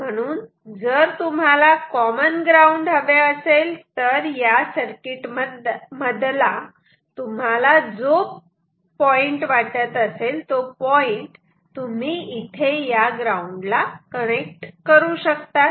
म्हणून जर तुम्हाला कॉमन ग्राउंड हवे असेल तर या सर्किट मधला तुम्हाला जो पॉईंट वाटत असेल तो पॉईंट तुम्ही इथे या ग्राऊंडला कनेक्ट करू शकतात